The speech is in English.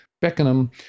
Beckenham